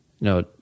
No